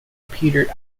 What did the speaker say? peter